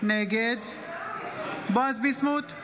נגד בועז ביסמוט,